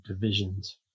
divisions